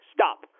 Stop